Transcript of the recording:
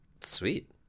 sweet